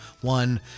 one